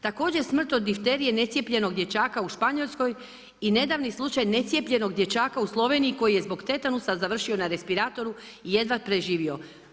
Također, smrt od difterije necijepljenog dječaka u Španjolskoj i nedavni slučaj necijepljenog dječaka u Sloveniji koji je zbog tetanusa završio na respiratoru i jedva preživio.